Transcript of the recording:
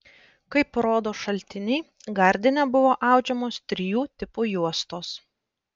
kaip rodo šaltiniai gardine buvo audžiamos trijų tipų juostos